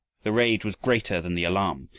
the rage was greater than the alarm,